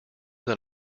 than